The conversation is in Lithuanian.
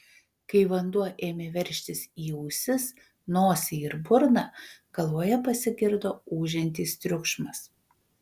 kai vanduo ėmė veržtis į ausis nosį ir burną galvoje pasigirdo ūžiantis triukšmas